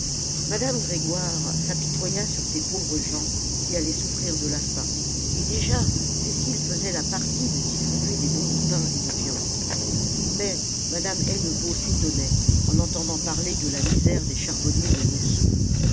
madame grégoire s'apitoya sur ces pauvres gens qui allaient souffrir de la faim et déjà cécile faisait la partie de distribuer des bons de pain et de viande mais madame hennebeau s'étonnait en entendant parler de la misère des charbonniers de montsou